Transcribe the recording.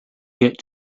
get